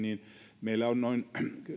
niin meillä on noin